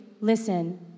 Listen